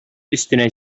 өстенә